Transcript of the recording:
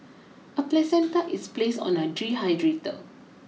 a placenta is placed on a dehydrator